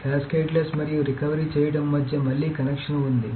cascadeless మరియు recovery చేయడం మధ్య మళ్లీ కనెక్షన్ ఉంది